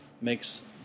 makes